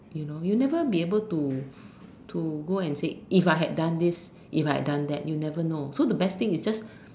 you know you never be able to to go and say if I had done this if I had done that you never know so the best thing is just